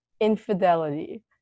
infidelity